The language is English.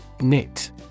Knit